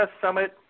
Summit